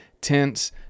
tents